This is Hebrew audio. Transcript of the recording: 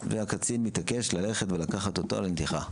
והקצין מתעקש ללכת לקחת אותו לנתיחה.